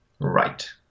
Right